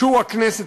שהוא הכנסת,